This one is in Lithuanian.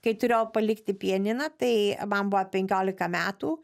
kai turėjo palikti pianiną tai man buvo penkiolika metų